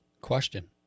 question